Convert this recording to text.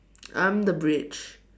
I'm the bridge